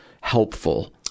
helpful